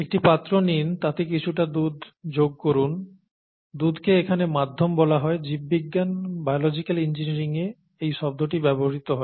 একটি পাত্র নিন তাতে কিছুটা দুধ যোগ করুন দুধকে এখানে মাধ্যম বলা হয় জীববিজ্ঞান বায়োলজিক্যাল ইঞ্জিনিয়ারিয়ে এই শব্দটি ব্যবহৃত হয়